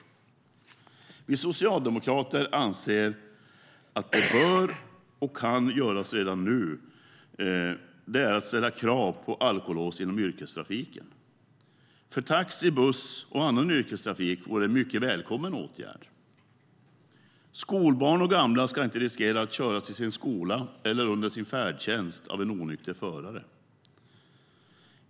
Det vi socialdemokrater anser bör och kan göras redan nu är att ställa krav på alkolås inom yrkestrafiken. För taxi, buss och annan yrkestrafik vore det en mycket välkommen åtgärd. Skolbarn och gamla ska inte riskera att köras till sin skola eller inom färdtjänsten av en onykter förare.